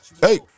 Hey